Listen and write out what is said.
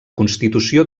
constitució